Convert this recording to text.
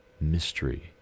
mystery